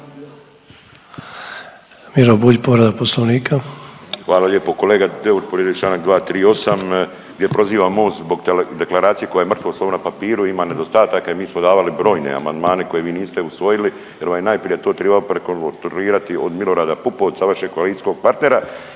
**Bulj, Miro (MOST)** Hvala lijepo. Kolega Deur je povrijedio čl. 238. gdje proziva Most zbog deklaracije koja je mrtvo slovo na papiru i ima nedostataka i mi smo davali brojne amandmane koje vi niste usvojili jer vam je najprije to tribao prekontrolirati od Milorada Pupovca, vašeg koalicijskog partnera